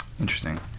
Interesting